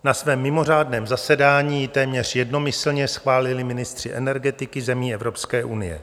Na svém mimořádném zasedání ji téměř jednomyslně schválili ministři energetiky zemí Evropské unie.